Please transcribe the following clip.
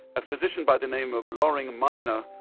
a physician by the name of loring miner,